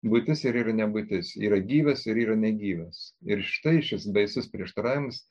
buitis ir yra nebūtis yra gyvas ir yra negyvas ir štai šis baisus prieštaravimas